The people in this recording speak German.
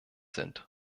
sind